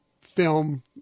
film